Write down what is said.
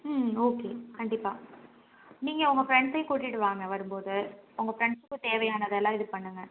ம் ஓகே கண்டிப்பாக நீங்கள் உங்கள் ஃப்ரெண்ட்ஸையும் கூட்டிகிட்டு வாங்க வரும்போது உங்கள் ஃப்ரெண்ட்ஸுக்கும் தேவையானதெல்லாம் இது பண்ணுங்க